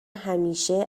همیشه